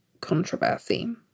controversy